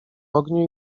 ogniu